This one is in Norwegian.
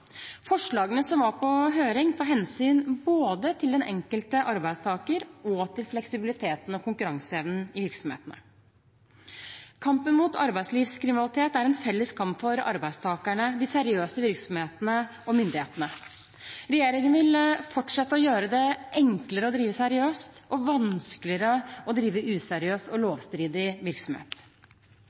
Forslagene som var på høring, tar hensyn både til den enkelte arbeidstaker og til fleksibiliteten og konkurranseevnen i virksomhetene. Kampen mot arbeidslivskriminalitet er en felles kamp for arbeidstakerne, de seriøse virksomhetene og myndighetene. Regjeringen vil fortsette å gjøre det enklere å drive seriøst og vanskeligere å drive useriøs og lovstridig virksomhet.